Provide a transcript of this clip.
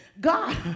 God